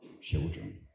children